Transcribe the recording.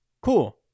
Cool